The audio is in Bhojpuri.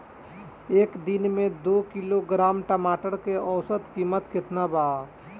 एक दिन में दो किलोग्राम टमाटर के औसत कीमत केतना होइ?